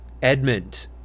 Edmund